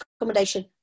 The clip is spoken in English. accommodation